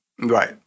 right